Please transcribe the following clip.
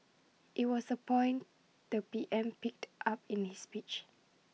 IT was A point the P M picked up in his speech